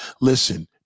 listen